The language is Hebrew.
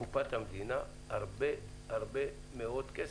לקופת המדינה, הרבה הרבה מאוד כסף.